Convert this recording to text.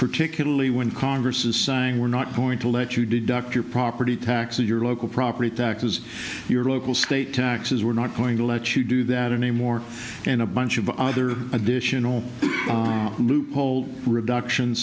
particularly when congress is saying we're not going to let you deduct your property taxes your local property taxes your local state taxes we're not going to let you do that anymore and a bunch of other additional loopholes reduction